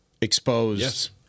exposed